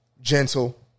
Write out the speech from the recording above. Gentle